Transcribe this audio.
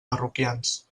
parroquians